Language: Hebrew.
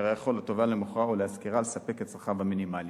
שהרי התובע יכול למוכרו או להשכירו ולספק את צרכיו המינימליים.